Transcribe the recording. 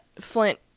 flint